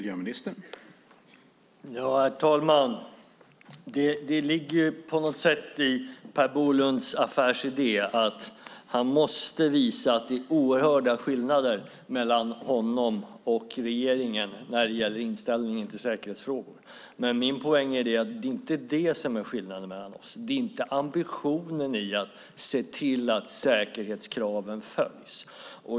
Herr talman! Det ligger på något sätt i Per Bolunds affärsidé att han måste visa att det är oerhörda skillnader mellan honom och regeringen när det gäller inställningen till säkerhetsfrågor, men min poäng är att det inte är det som är skillnaden mellan oss. Det är inte ambitionen i att se till att säkerhetskraven följs.